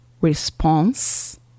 response